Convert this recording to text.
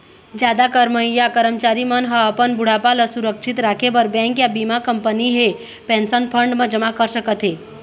जादा कमईया करमचारी मन ह अपन बुढ़ापा ल सुरक्छित राखे बर बेंक या बीमा कंपनी हे पेंशन फंड म जमा कर सकत हे